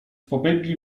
pobiegli